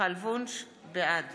בעד